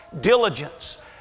diligence